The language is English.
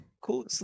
Cool